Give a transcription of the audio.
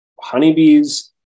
honeybees